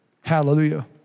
Hallelujah